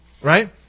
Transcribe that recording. Right